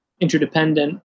interdependent